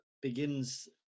begins